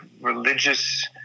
religious